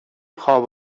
خواب